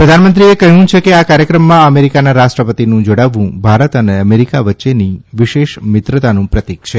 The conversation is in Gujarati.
પ્રધાનમંત્રીએ કહ્યું છે કે આ કાર્યક્રમમાં અમેરિકાના રાષ્ટ્રપતિનું જોડાવું ભારત અને અમેરિકા વચ્ચેની વિશેષ મિત્રતાનું પ્રતીક છે